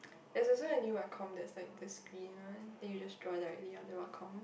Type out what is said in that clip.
there is also a new Wacom that's like the screen one then you just draw directly on the Wacom